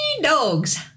dogs